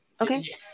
Okay